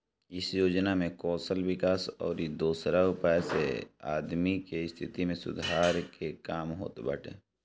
इ योजना में कौशल विकास अउरी दोसरा उपाय से आदमी के स्थिति में सुधार के काम होत बाटे